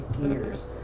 gears